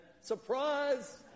surprise